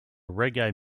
reggae